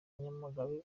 nyamagabe